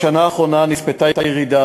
בשנה האחרונה נצפתה ירידה,